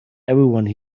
everyone